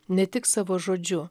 ne tik savo žodžiu